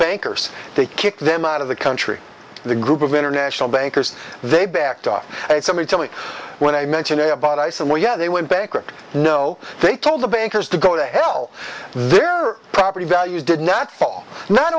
bankers they kicked them out of the country the group of international bankers they backed off somebody tell me when i mention a about i said well yeah they went bankrupt no they told the bankers to go to hell there are property values did not